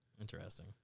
Interesting